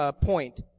point